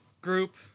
group